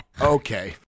Okay